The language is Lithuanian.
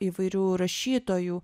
įvairių rašytojų